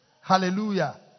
Hallelujah